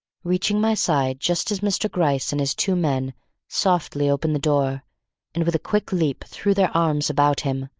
reaching my side just as mr. gryce and his two men softly opened the door and with a quick leap threw their arms about him,